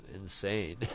insane